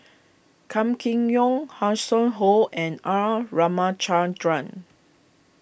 Kam Kee Yong Hanson Ho and R Ramachandran